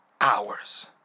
hours